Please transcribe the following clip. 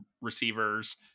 receivers